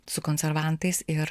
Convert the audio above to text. su konservantais ir